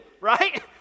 right